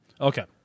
Okay